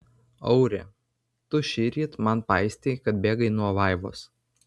auri tu šįryt man paistei kad bėgai nuo vaivos